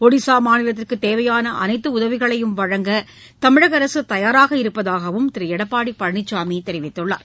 ஜடிசா மாநிலத்திற்கு தேவையான அனைத்து உதவிகளையும் வழங்க தமிழக அரசு தயாராக இருப்பதாகவும் திரு எடப்பாடி பழனிசாமி தெரிவித்துள்ளார்